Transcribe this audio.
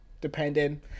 depending